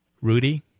Rudy